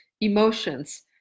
emotions